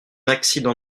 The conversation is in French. accident